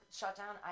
shutdown